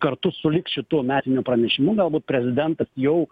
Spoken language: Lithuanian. kartu sulig šitu metiniu pranešimu galbūt prezidentas jau